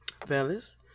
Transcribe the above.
fellas